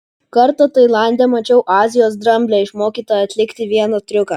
kartą tailande mačiau azijos dramblę išmokytą atlikti vieną triuką